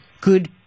good